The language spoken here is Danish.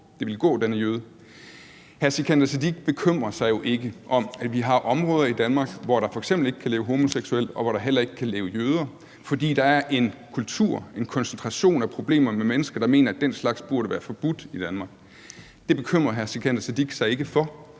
det ville gå denne jøde? Hr. Sikandar Siddique bekymrer sig jo ikke om, at vi har områder i Danmark, hvor der f.eks. ikke kan leve homoseksuelle, og hvor der heller ikke kan leve jøder, fordi der er en koncentration af problemer med mennesker, der mener, at den slags burde være forbudt i Danmark. Det bekymrer hr. Sikandar Siddique sig ikke om.